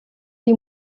die